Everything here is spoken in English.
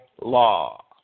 law